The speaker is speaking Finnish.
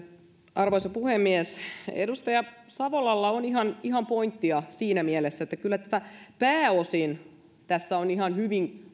arvoisa puhemies edustaja savolalla on ihan ihan pointtia siinä mielessä että kyllä pääosin tässä on ihan hyvin